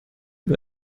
bei